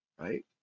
Right